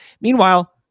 Meanwhile